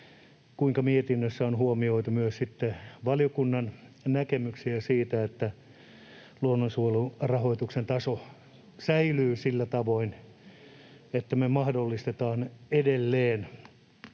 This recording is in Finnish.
kuinka mietinnössä on huomioitu valiokunnan näkemyksiä siitä, että luonnonsuojelun rahoituksen taso säilyy sillä tavoin, että me mahdollistetaan edelleen